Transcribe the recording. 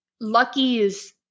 Lucky's